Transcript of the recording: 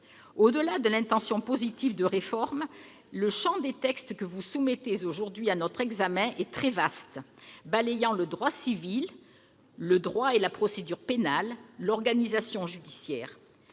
Au-delà de l'intention positive de réforme, le champ des textes que vous soumettez aujourd'hui à notre examen est très vaste, puisqu'ils balayent le droit civil, le droit et la procédure pénale, ainsi que l'organisation judiciaire